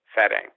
setting